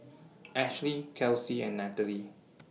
Ashely Kelsie and Natalie